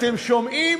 אתם שומעים?